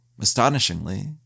astonishingly